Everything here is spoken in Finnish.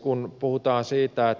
kun puhutaan siitä